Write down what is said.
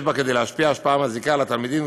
ופעילות שיש בה כדי להשפיע השפעה מזיקה על התלמידים,